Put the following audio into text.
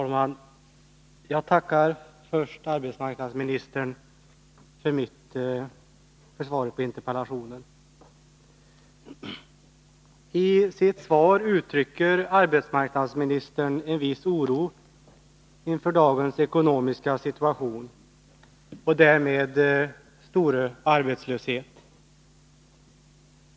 Herr talman! Jag tackar först arbetsmarknadsministern för svaret på interpellationen. I sitt svar uttrycker arbetsmarknadsministern en viss oro inför dagens ekonomiska situation och därmed den stora arbetslösheten.